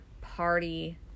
party